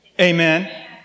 amen